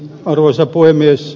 arvoisa puhemies